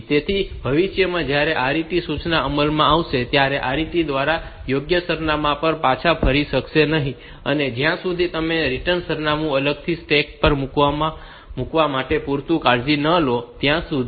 તેથી ભવિષ્યમાં જયારે RET સૂચના અમલમાં આવશે ત્યારે RET તમારા યોગ્ય સરનામાં પર પાછા ફરી શકશે નહીં અને જ્યાં સુધી તમે રિટર્ન સરનામું અલગથી સ્ટેક માં મૂકવા માટે પૂરતી કાળજી ન લો ત્યાં સુધી